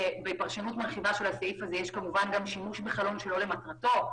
שבפרשנות מרחיבה של הסעיף יש גם שימוש בחלון שלא למטרתו.